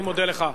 אני מודה לך.